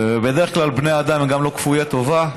בדרך כלל בני אדם הם גם לא כפויי טובה.